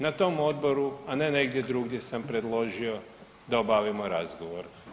Na tom Odboru, a ne negdje drugdje, sam predložio da obavimo razgovor.